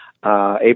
April